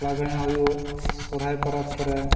ᱞᱟᱜᱽᱲᱮ ᱦᱩᱭᱩᱜ ᱥᱚᱦᱨᱟᱭ ᱯᱚᱨᱚᱵᱽ ᱠᱚᱨᱮ